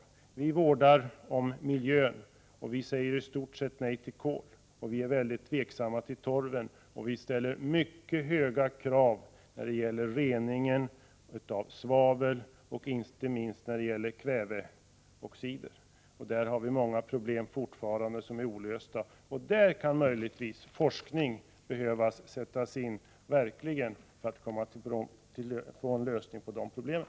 Vi vill vårda miljön, och vi säger i stort sett nej till kol och är väldigt tveksamma till torv. I fråga om reningen av svavel, och inte minst när det gäller kväveoxider, ställer vi mycket höga krav. Här finns fortfarande många olösta problem, och det kan verkligen behövas sättas in forskning för att man skall få till stånd en lösning på problemen.